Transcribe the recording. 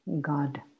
God